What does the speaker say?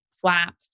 flap